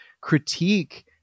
critique